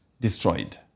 destroyed